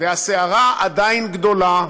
והסערה עדיין גדולה,